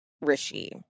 Rishi